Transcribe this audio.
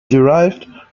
derived